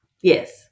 Yes